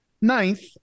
ninth